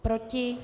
Proti?